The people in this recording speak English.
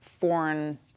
foreign